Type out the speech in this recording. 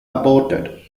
aborted